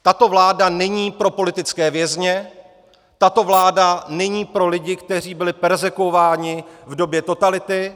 Tato vláda není pro politické vězně, tato vláda není pro lidi, kteří byli perzekvováni v době totality.